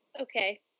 Okay